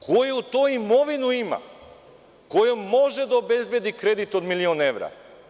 Koju to imovinu ima kojom može da obezbedi kredit od milion evra?